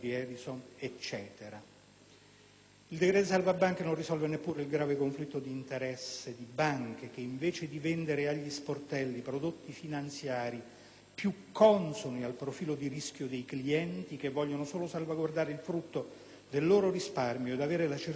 Il decreto salvabanche non risolve neppure il grave conflitto di interessi di banche, che invece di vendere agli sportelli prodotti finanziari più consoni al profilo di rischio dei clienti, che vogliono solo salvaguardare il frutto del loro risparmio ed avere la certezza di quotazioni trasparenti